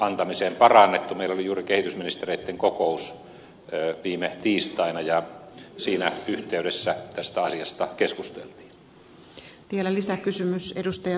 meillä oli juuri kehitysministereitten kokous viime tiistaina ja siinä yhteydessä tästä asiasta keskusteltiin